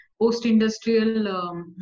post-industrial